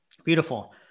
Beautiful